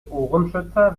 ohrenschützer